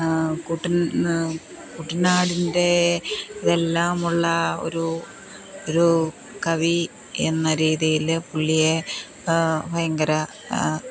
കുട്ടൻ കുട്ടനാടിൻറെ ഇതെല്ലാമുള്ള ഒരു ഒരു കവി എന്ന രീതിയിൽ പുള്ളിയെ ഭയങ്കര